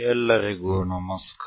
ಎಲ್ಲರಿಗೂ ನಮಸ್ಕಾರ